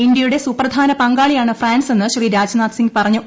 ഇന്ത്യയുടെ സുപ്രധാന പങ്കാളിയാണ് ഫ്രാൻസെന്ന് ശ്രീ രാജ്നാഥ് സിംഗ് പറഞ്ഞു